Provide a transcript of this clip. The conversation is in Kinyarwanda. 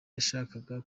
yashakaga